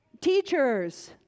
Teachers